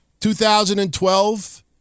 2012